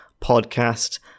podcast